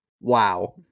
Wow